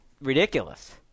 ridiculous